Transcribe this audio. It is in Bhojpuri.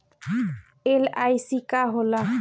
एल.आई.सी का होला?